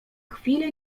chwilę